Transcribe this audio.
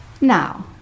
Now